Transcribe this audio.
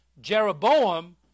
Jeroboam